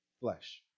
flesh